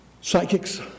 psychics